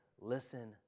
Listen